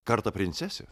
kartą princesė